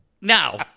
Now